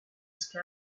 sky